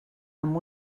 amb